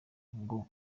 ngo